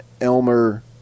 Elmer